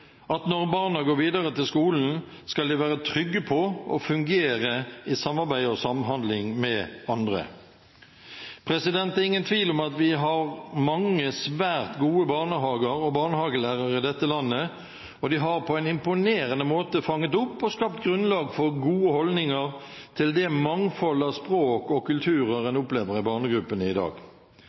at når barna går videre til skolen, skal de være trygge på og fungere i samarbeid og samhandling med andre. Det er ingen tvil om at vi har mange svært gode barnehager og barnehagelærere i dette landet, og de har på en imponerende måte fanget opp og skapt grunnlag for gode holdninger til det mangfold av språk og kulturer en opplever i barnegruppene i dag.